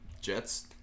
Jets